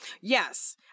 Yes